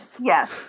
yes